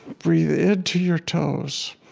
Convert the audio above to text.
breathe into your toes,